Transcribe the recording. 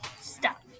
stop